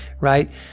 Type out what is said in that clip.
right